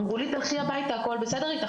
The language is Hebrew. אמרו לי: תלכי הביתה, הכול בסדר איתך.